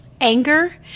anger